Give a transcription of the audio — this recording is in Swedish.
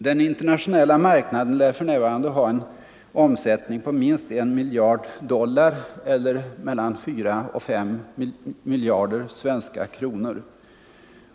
Den internationella marknaden lär för närvarande ha en omsättning på minst 1 miljard dollar eller mellan 4 och 5 miljarder svenska kronor.